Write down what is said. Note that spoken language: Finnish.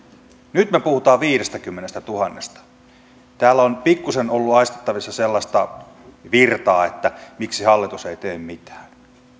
nyt me puhumme viidestäkymmenestätuhannesta täällä on pikkusen ollut aistittavissa sellaista virtaa että miksi hallitus ei tee mitään